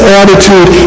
attitude